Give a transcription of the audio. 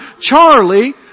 Charlie